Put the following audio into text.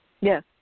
Yes